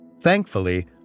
Thankfully